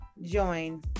join